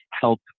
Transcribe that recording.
help